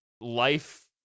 life